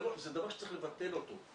זה דבר שצריך לבטל אותו.